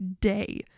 day